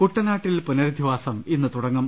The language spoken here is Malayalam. കൂട്ടനാട്ടിൽ പുനരധിവാസം ഇന്ന് തുടങ്ങും